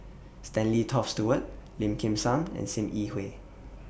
Stanley Toft Stewart Lim Kim San and SIM Yi Hui